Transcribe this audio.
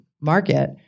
market